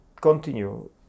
continue